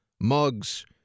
mugs